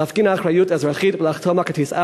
להפגין אחריות אזרחית ולחתום על כרטיס "אדי".